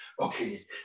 Okay